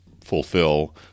fulfill